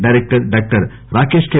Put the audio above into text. director doctor Rakesh K